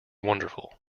wonderful